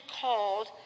called